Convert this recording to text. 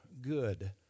good